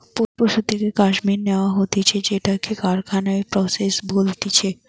পশুর থেকে কাশ্মীর ন্যাওয়া হতিছে সেটাকে কারখানায় প্রসেস বলতিছে